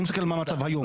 אני מסתכל מה המצב היום.